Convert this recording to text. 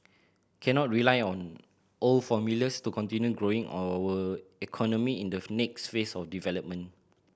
cannot rely on old formulas to continue growing our economy in the next phase of development